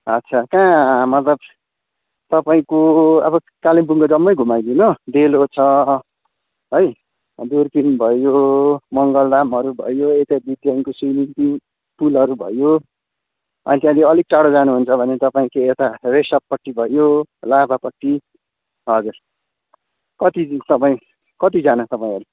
अच्छा कहाँ मतलब तपाईँको अब कालिम्पोङको जम्मै घुमाइदिनु डेलो छ है दुर्पिन भयो मङ्गलधामहरू भयो एसएसबी क्याम्पको स्विमिङ पुल पुलहरू भयो अनि त्यहाँदेखि अलिक टाढो जानुहुन्छ भने तपाईँको यता रेसपपट्टि भयो लाभापट्टि हजुर कति दिनसम्मै कतिजना तपाईँहरू